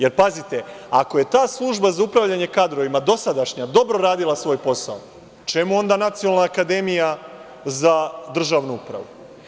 Jer, pazite, ako je ta Služba za upravljanje kadrovima dosadašnja dobro radila svoj posao, čemu onda Nacionalna akademija za državnu upravu?